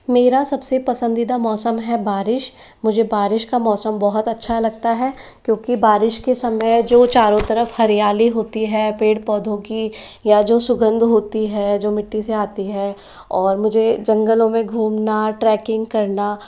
मेरा सबसे पसंदीदा मौसम है बारिश मुझे बारिश का मौसम बहुत अच्छा लगता है क्योंकि बारिश के समय में जो चारो तरफ़ हरियाली होती है पेड़ पौधों की या जो सुगंध होती है जो मिट्टी से आती है और मुझे जंगलों में घूमना ट्रेक्किंग करना